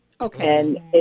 Okay